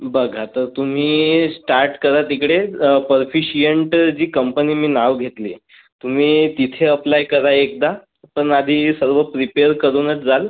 बघा तर तुम्ही स्टार्ट करा तिकडे पर्फिशिअंट जी कंपनी मी नाव घेतली आहे तुम्ही तिथे अप्लाय करा एकदा पण आधी सर्व प्रिपेअर करूनच जाल